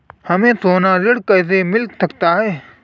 हमें सोना ऋण कैसे मिल सकता है?